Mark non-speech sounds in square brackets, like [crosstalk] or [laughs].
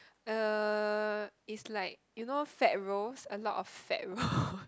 uh it's like you know fat rolls a lot of fat rolls [laughs]